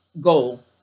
goal